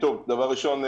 דבר ראשון,